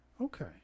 Okay